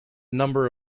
number